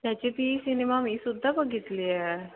त्याची ती सिनेमा मीसुद्धा बघितली आहे